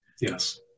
Yes